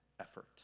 effort